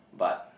but